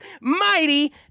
mighty